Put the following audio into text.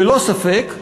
ללא ספק,